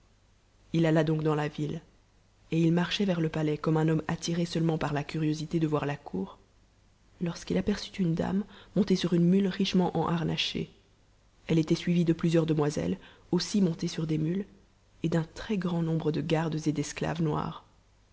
il alla donc dans la ville et i marchait vers le palais comme un homme attiré seulement par la curiosité de voir la cour lorsqu'il aperçât une dame montée sur une mule richement enbarnacbée elle était suivie de plusieurs demoisehes aussi montées sur des mules et d'un très-grand nombre de gardes et d'esclaves noirs